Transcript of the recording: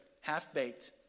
half-baked